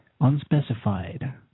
unspecified